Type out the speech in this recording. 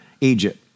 Egypt